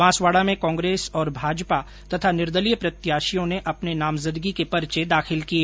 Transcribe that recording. बांसवाड़ा में कांग्रेस और भाजपा और निर्दलीय प्रत्याशियों ने अपने नामजदगी के पर्चे दाखिल किए